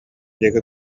диэки